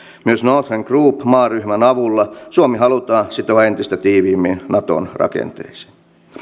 myös northern group maaryhmän avulla suomi halutaan sitoa entistä tiiviimmin naton rakenteisiin